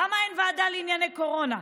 למה אין ועדה לענייני קורונה?